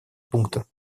пункта